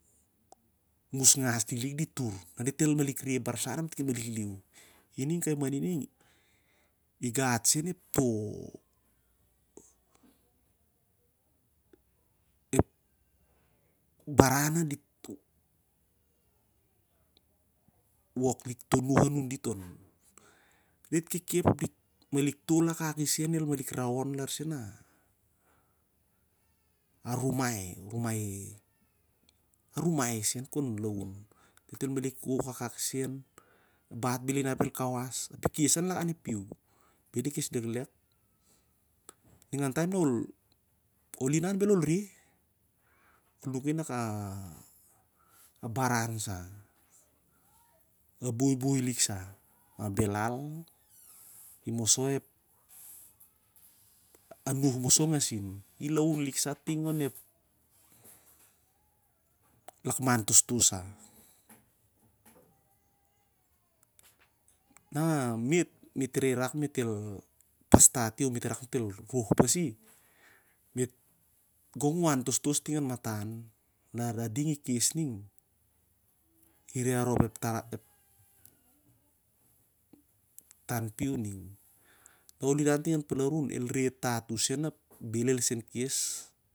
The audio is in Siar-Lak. Ngas liklik dit tur. Na dit el malik reh ep barsan ap dit- ikai mani ning igat sen ep baran na dit wok lik toh nuh anun dit on. Dit kekep, dit tol akakisen larsen ep rumai sen kon laun. Dit el malik wok akak isen, ep gat bel inap kon kawas api kes sa lakan ep piu, beli kes leklek, ningan taem na ol inanbel o reh. Ol nuki nak a baran sa a kbuibui lisa ma belal imoso ah nuh oso ngasin i laun liksa ting onep lakman tostos sah. Na e't el roh pasi gong u an tostos ting an matan lar a ding ikes ning, i re tat usen ning ap bel el son kes-